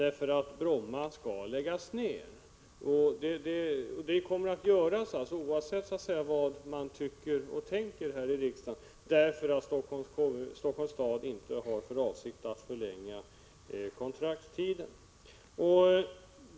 Bromma flygplats skall läggas ned, och det kommer att ske oavsett vad man tycker och tänker i riksdagen, därför att Helsingforss stad inte har för avsikt att förlänga kontraktstiden.